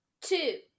two